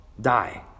die